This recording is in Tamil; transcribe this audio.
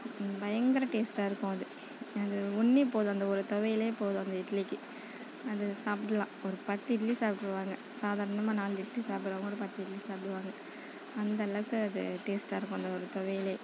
பயங்கர டேஸ்டாக இருக்கும் அது அது ஒன்றே போதும் அந்த ஒரு துவையலே போதும் அந்த இட்லிக்கு அது சாப்பிட்றலாம் ஒரு பத்து இட்லி சாப்பிட்ருவாங்க சாதாரணமாக நாலு இட்லி சாப்பிடுறவங்க ஒரு பத்து இட்லி சாப்பிடுவாங்க அந்த அளவுக்கு அது டேஸ்டாக இருக்கும் அந்த ஒரு துவையலே